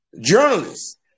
journalists